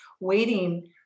waiting